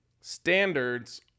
standards